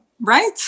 Right